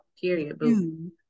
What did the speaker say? Period